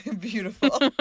Beautiful